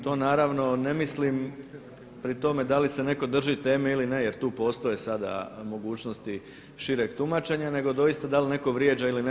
To naravno ne mislim pri tome da li se neko drži teme ili ne jer tu postoje sada mogućnosti šireg tumačenja, nego doista da li netko vrijeđa ili ne.